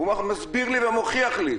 הוא מסביר לי ומוכיח לי.